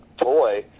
toy